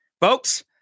Folks